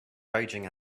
raging